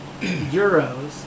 euros